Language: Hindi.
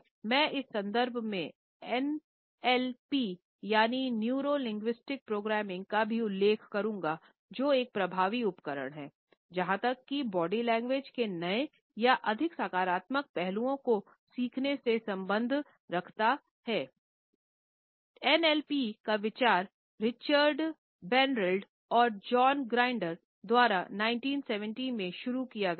मैं इस संदर्भ में एनएलपी या न्यूरो लिंग्विस्टिक प्रोग्रामिंग द्वारा 1970 में शुरू किया गया था